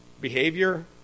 behavior